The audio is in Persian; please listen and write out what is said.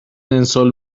نلسون